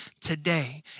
today